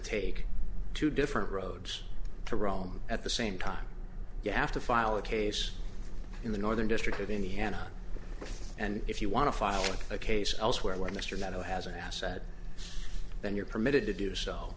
take two different roads to rome at the same time you have to file a case in the northern district of indiana and if you want to file a case elsewhere when mr meadow has an asset then you're permitted to do so